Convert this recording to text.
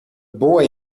boy